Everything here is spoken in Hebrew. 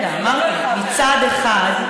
רגע, אמרתי, מצד אחד,